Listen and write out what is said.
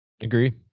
Agree